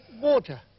water